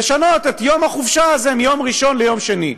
לשנות את יום החופשה הזה מיום ראשון ליום שני.